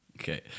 Okay